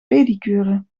pedicure